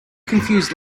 confused